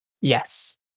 Yes